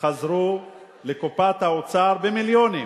חזרו לקופת האוצר, במיליונים,